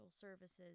services